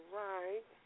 right